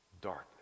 darkness